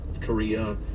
korea